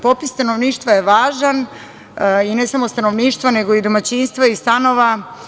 Popis stanovništva je važan i ne samo stanovništva, nego i domaćinstava i stanova.